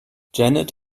janet